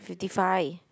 fifty five